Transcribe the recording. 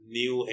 new